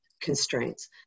constraints